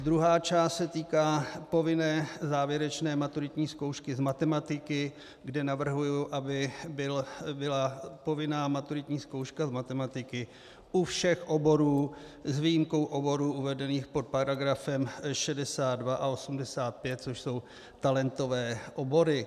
Druhá část se týká povinné závěrečné maturitní zkoušky z matematiky, kde navrhuji, aby byla povinná maturitní zkouška z matematiky u všech oborů s výjimkou oborů uvedených pod § 62 a 85, což jsou talentové obory.